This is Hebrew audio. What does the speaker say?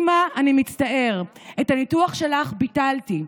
אימא, אני מצטער, את הניתוח שלך ביטלתי.